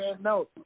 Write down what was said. No